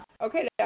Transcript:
Okay